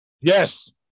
yes